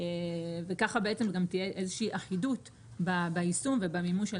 כך תהיה אחידות ביישום ובמימוש של